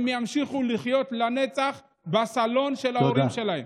הם ימשיכו לחיות לנצח בסלון של ההורים שלהם.